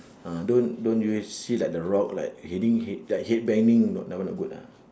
uh don't don't always see like the rock like heading head like head banging cannot that one not good ah